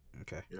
Okay